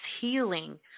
healing